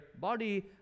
body